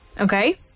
okay